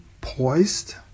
poised